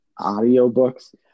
audiobooks